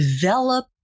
develop